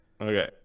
Okay